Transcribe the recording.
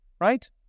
right